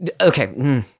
Okay